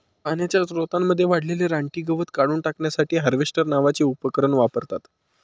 पाण्याच्या स्त्रोतांमध्ये वाढलेले रानटी गवत काढून टाकण्यासाठी हार्वेस्टर नावाचे उपकरण वापरतात